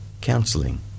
Counselling